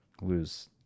lose